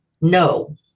no